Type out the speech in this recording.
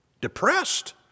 depressed